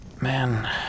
Man